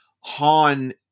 Han